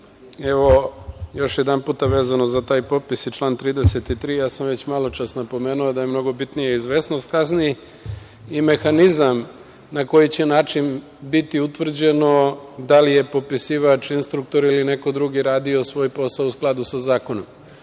evo, još jednom, vezano za taj popis i član 33. Ja sam već malo čas napomenuo da je mnogo bitnije izvesnost kazni i mehanizam na koji će način biti utvrđeno da li je popisivač, instruktor ili neko drugi radio svoj posao u skladu sa zakonom. Dobro